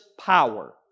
Power